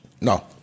No